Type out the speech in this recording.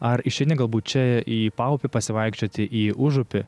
ar išeini galbūt čia į paupį pasivaikščioti į užupį